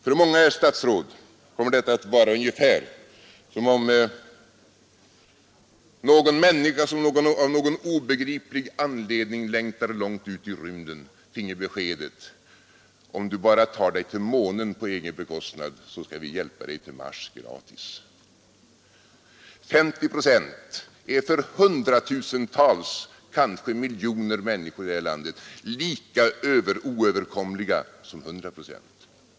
För många, herr statsråd, kommer detta att vara ungefär som om en människa, som av någon obegriplig anledning längtar långt ut i rymden, finge beskedet: Om du bara tar dig till månen på egen bekostnad så skall vi hjälpa dig till Mars gratis. 50 procent är för hundratusentals människor i det här landet lika oöverkomliga som 100 procent.